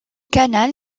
canale